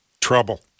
Trouble